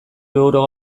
euro